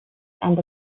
and